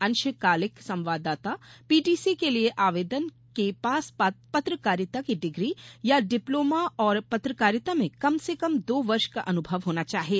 अंशकालिक संवाददाता पीटीसी के लिए आवेदक के पास पत्रकारिता की डिग्री या डिप्लोमा और पत्रकारिता में कम से कम दो वर्ष का अनुभव होना चाहिए